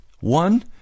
One